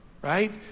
right